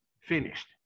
finished